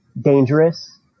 dangerous